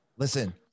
Listen